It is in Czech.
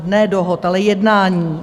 Ne dohod, ale jednání.